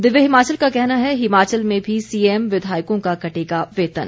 दिव्य हिमाचल का कहना है हिमाचल में भी सीएम विधायकों का कटेगा वेतन